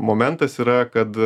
momentas yra kad